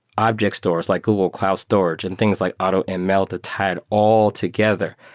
objectstores, like google cloud storage and things like automl to tie it all altogether.